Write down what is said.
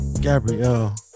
Gabrielle